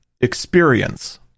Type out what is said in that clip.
experience